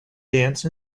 dance